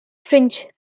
fringe